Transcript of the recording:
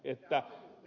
aivan